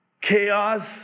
chaos